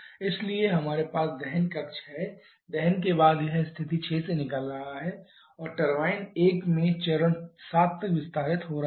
इसलिए हमारे पास दहन कक्ष है दहन के बाद यह स्थिति 6 से निकल रहा है और टरबाइन 1 में चरण 7 तक विस्तारित हो रहा है